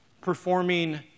performing